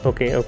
Okay